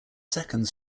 seconds